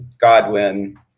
Godwin